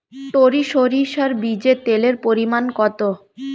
টরি সরিষার বীজে তেলের পরিমাণ কত?